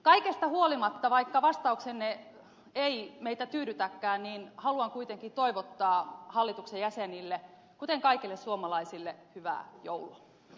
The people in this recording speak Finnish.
kaikesta huolimatta vaikka vastauksenne ei meitä tyydytäkään niin haluan kuitenkin toivottaa hallituksen jäsenille kuten kaikille suomalaisille hyvää joulua